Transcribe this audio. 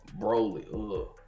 Broly